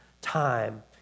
time